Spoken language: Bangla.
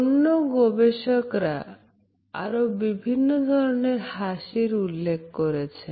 অন্য গবেষকরা আরো বিভিন্ন ধরনের হাসির উল্লেখ করেছেন